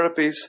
therapies